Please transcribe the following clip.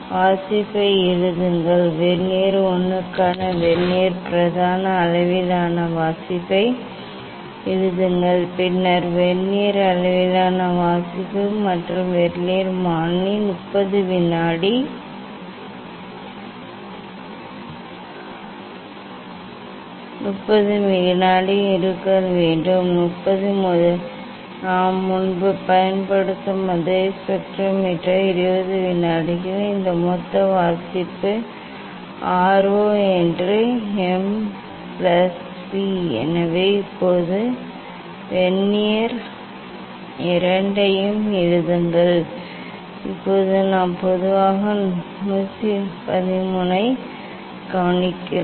வாசிப்பை எழுதுங்கள் வெர்னியர் 1 க்கான வெர்னியர் பிரதான அளவிலான வாசிப்பை எழுதுங்கள் பின்னர் வெர்னியர் அளவிலான வாசிப்பு மற்றும் வெர்னியர் மாறிலி 20 வினாடி நாம் முன்பு பயன்படுத்தும் அதே ஸ்பெக்ட்ரோமீட்டர் 20 வினாடிகள் இந்த மொத்த வாசிப்பு ஆர் 0 என்று எம் பிளஸ் வி எனவே இப்போது வெர்னியர் 2 ஐயும் எழுதுங்கள் இப்போது நாம் பொதுவாக 1 1 3 ஐ கவனிக்கிறோம்